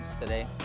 today